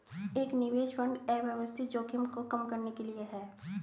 एक निवेश फंड अव्यवस्थित जोखिम को कम करने के लिए है